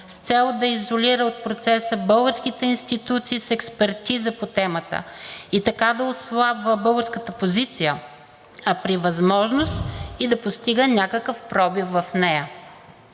с цел да изолира от процеса българските институции с експертиза по темата, и така да отслабва българската позиция, а при възможност и да постига някакъв пробив в нея;